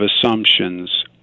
assumptions